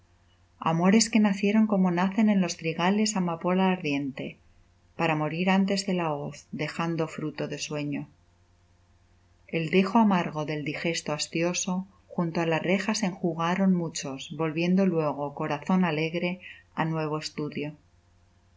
amores que nacieron como nace en los trigales amapola ardiente para morir antes de la hoz dejando fruto de sueño el dejo amargo del digesto hastioso junto á las rejas se enjugaron muchos volviendo luego corazón alegre á nuevo estudio